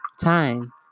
Time